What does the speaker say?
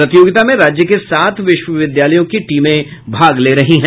प्रतियोगिता में राज्य के सात विश्वविद्यालयों की टीमें भाग ले रही हैं